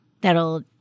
that'll